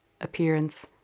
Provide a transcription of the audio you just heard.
appearance